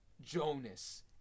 Jonas